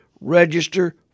register